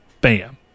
bam